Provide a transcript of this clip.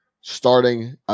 starting